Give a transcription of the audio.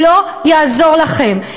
לא יעזור לכם.